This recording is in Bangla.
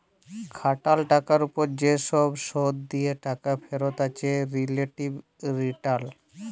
খাটাল টাকার উপর যে সব শুধ দিয়ে টাকা ফেরত আছে রিলেটিভ রিটারল